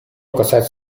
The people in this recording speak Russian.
касается